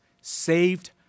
saved